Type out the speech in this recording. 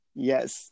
Yes